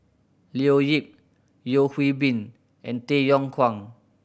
Leo Yip Yeo Hwee Bin and Tay Yong Kwang